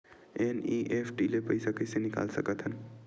NEFT ले पईसा कइसे निकाल सकत हन?